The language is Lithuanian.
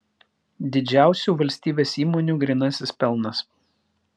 didžiausių valstybės įmonių grynasis pelnas